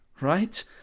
right